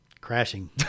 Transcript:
Crashing